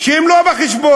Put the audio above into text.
שהם לא בחשבון,